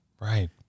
Right